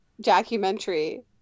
documentary